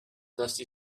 dusty